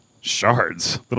Shards